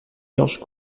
georges